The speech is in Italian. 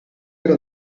era